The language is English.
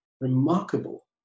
Remarkable